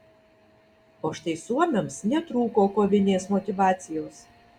o štai suomiams netrūko kovinės motyvacijos